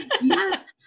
Yes